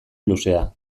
luzea